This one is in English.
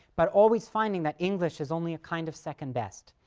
but always finding that english is only a kind of second best.